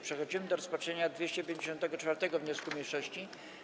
Przechodzimy do rozpatrzenia 254. wniosku mniejszości.